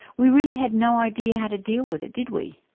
we really had no idea how to deal with it, did we?